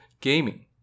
gaming